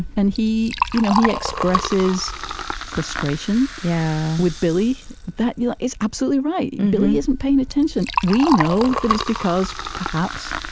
and he you know he expresses frustration yeah with billy that you know is absolutely right. billy isn't paying attention. we know that it's because, perhaps,